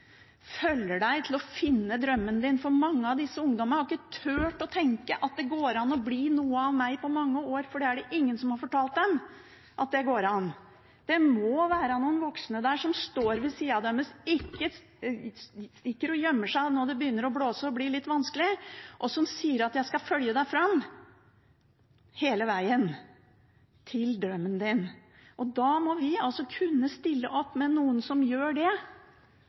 for mange av disse ungdommene har i mange år ikke turt å tenke at det går an å bli noe av dem, for det er det ingen som har fortalt dem. Det må være noen voksne der, som står ved deres side, som ikke stikker og gjemmer seg når det begynner å blåse og det begynner å bli litt vanskelig, men som sier: Jeg skal følge deg fram, hele vegen til drømmen din. Da må vi kunne stille opp med noen som gjør det.